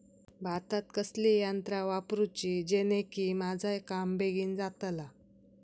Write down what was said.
भातात कसली यांत्रा वापरुची जेनेकी माझा काम बेगीन जातला?